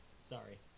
sorry